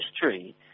history